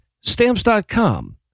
Stamps.com